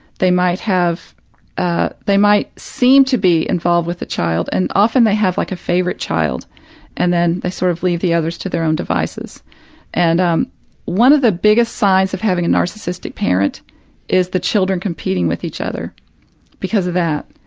they might have ah they might seem to be involved with the child, and often they have, like, a favorite child and then they sort of leave the others to their own devices and um one of the biggest signs of having a narcissistic parent is the children competing with each other because of that.